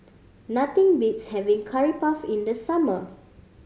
nothing beats having Curry Puff in the summer